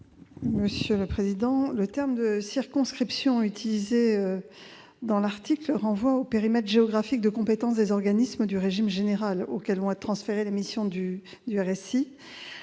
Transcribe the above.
Monsieur le sénateur, le terme de circonscription qui est utilisé dans l'article renvoie au périmètre géographique de compétence des organismes du régime général, auxquels vont être transférées les missions du RSI.